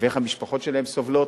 ואיך המשפחות שלהם סובלות.